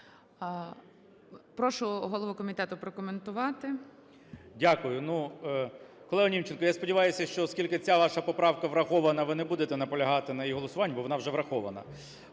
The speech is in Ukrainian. Прошу голову комітету прокоментувати. 13:49:06 КНЯЖИЦЬКИЙ М.Л. Дякую. Ну колего Німченко, я сподіваюся, що оскільки ця ваша поправка врахована, ви не будете наполягати на її голосуванні, бо вона вже врахована.